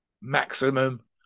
maximum